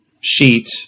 sheet